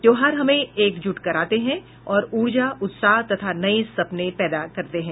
त्योहार हमें एकजुट कराते हैं और ऊर्जा उत्साह तथा नए सपने पैदा करते हैं